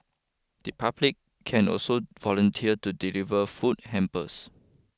the public can also volunteer to deliver food hampers